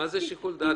מה זה "שיקול דעת"?